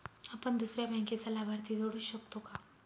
आपण दुसऱ्या बँकेचा लाभार्थी जोडू शकतो का?